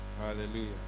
Hallelujah